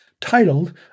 titled